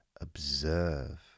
observe